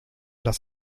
das